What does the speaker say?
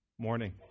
Morning